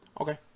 Okay